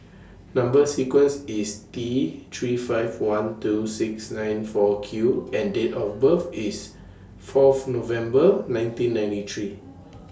Number sequence IS T three five one two six nine four Q and Date of birth IS Fourth November nineteen ninety three